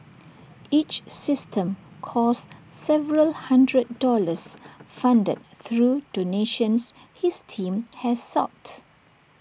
each system costs several hundred dollars funded through donations his team has sought